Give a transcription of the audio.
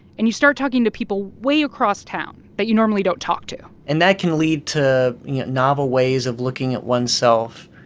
and you start talking to people way across town that but you normally don't talk to and that can lead to novel ways of looking at oneself,